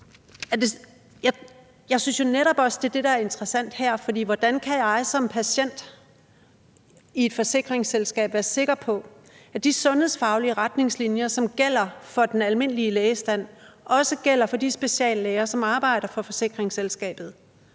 Jeg synes jo netop også, at det er det, der er interessant her, for hvordan kan jeg som patient i forhold til et forsikringsselskab være sikker på, at de sundhedsfaglige retningslinjer, som gælder for den almindelige lægestand, også gælder for de speciallæger, som arbejder for forsikringsselskabet?